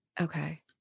Okay